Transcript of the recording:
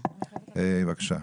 בבקשה.